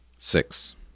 Six